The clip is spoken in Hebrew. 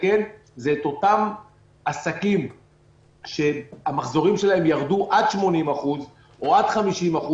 לתקן זה את אותם עסקים שהמחזורים שלהם ירדו עד 80% או עד 50%,